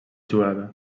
jueva